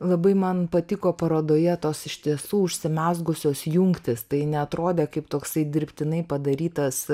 labai man patiko parodoje tos iš tiesų užsimezgusios jungtys tai neatrodė kaip toksai dirbtinai padarytas